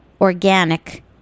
organic